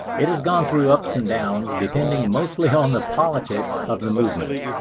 it has gone through ups and downs depending mostly on the politics of the movement.